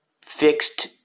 fixed